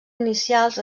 inicials